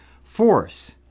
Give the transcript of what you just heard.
Force